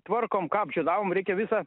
tvarkom ką apžiedavom reikia visą